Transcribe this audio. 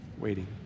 waiting